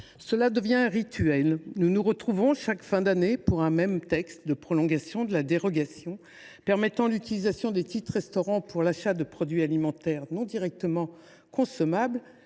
cela devient un rituel : nous nous retrouvons à la fin de chaque année pour examiner un texte de prolongation de la dérogation permettant d’utiliser les titres restaurant pour acheter des produits alimentaires non directement consommables,